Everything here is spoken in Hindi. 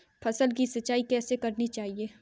फसल की सिंचाई कैसे करनी चाहिए?